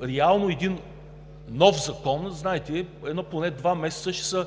че един нов закон поне два месеца ще